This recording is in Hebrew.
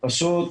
פשוט